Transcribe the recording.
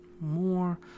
more